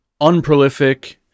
unprolific